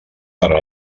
per